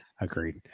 Agreed